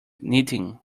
knitting